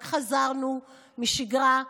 רק חזרנו לשגרה,